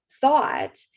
thought